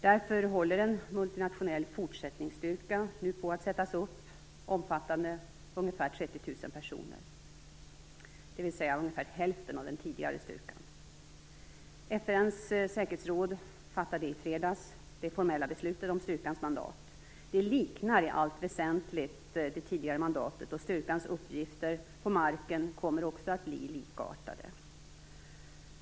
Därför håller en multinationell fortsättningsstyrka nu på att sättas upp omfattande ungefär 30 000 personer, dvs. ungefär hälften av den tidigare styrkan. FN:s säkerhetsråd fattade i fredags det formella beslutet om styrkans mandat. Det liknar i allt väsentligt det tidigare mandatet, och styrkans uppgifter på marken kommer också att bli likartade.